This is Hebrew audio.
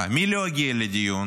מי לא הגיע לדיון?